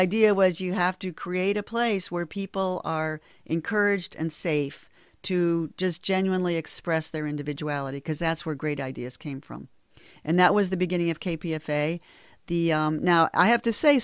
idea was you have to create a place where people are encouraged and safe to just genuinely express their individuality because that's where great ideas came from and that was the beginning of k p f a the now i have to say